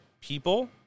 people